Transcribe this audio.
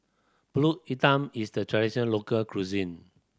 Pulut Hitam is the traditional local cuisine